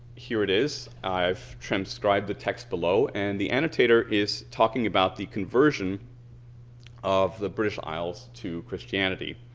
here it is. i've transcribed the text below and the annotator is talking about the conversion of the british isles to christianity.